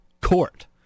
court